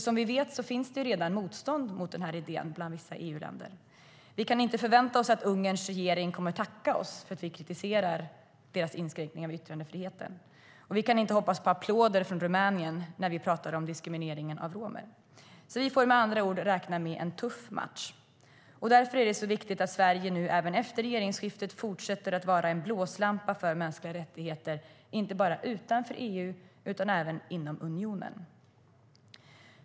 Som vi vet finns det nämligen redan motstånd mot den här idén bland vissa EU-länder. Vi kan inte förvänta oss att Ungerns regering kommer att tacka oss för att vi kritiserar deras inskränkning av yttrandefriheten. Vi kan inte heller hoppas på applåder från Rumänien när vi talar om diskrimineringen av romer. Vi får med andra ord räkna med en tuff match. Därför är det så viktigt att Sverige även efter regeringsskiftet fortsätter att vara en blåslampa för mänskliga rättigheter inte bara utanför EU utan även inom unionen.